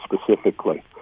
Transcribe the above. specifically